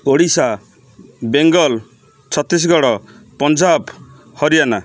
Odisha Bengal Chhattisgarh Punjab Haryana